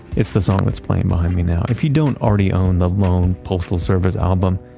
it's the song that's playing behind me now. if you don't already own the lone postal service album,